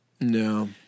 No